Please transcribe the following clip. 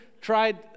tried